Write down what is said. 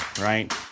right